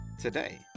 Today